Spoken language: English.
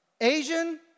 Asian